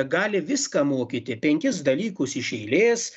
gali viską mokyti penkis dalykus iš eilės